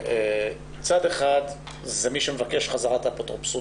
צד אחד זה מי שמבקש חזרה את האפוטרופסות,